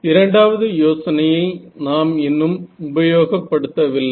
இரண்டாவது யோசனையை நாம் இன்னும் உபயோகப்படுத்தவில்லை